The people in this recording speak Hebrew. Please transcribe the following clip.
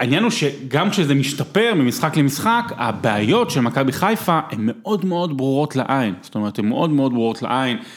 העניין הוא שגם כשזה משתפר ממשחק למשחק, הבעיות של מכבי חיפה הן מאוד מאוד ברורות לעין, זאת אומרת הן מאוד מאוד ברורות לעין.